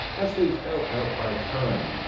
as they fell out by time,